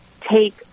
take